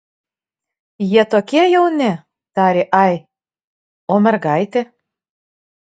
jie tokie jauni tarė ai o mergaitė